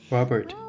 Robert